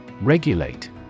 Regulate